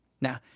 Now